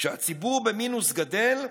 כשהציבור במינוס גדל,